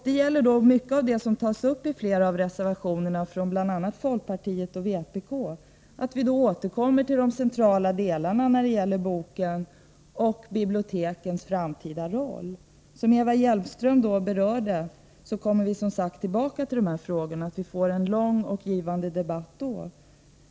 Det gäller mycket av det som tas upp i flera av reservationerna från bl.a. folkpartiet och vpk. Vi får alltså återkomma till de centrala delarna vad gäller bokens och bibliotekens framtida roll. Som Eva Hjelmström sade kommer vi tillbaka till dessa frågor och kan få en lång och givande debatt då.